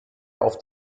auf